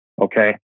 Okay